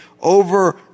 over